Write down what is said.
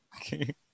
Okay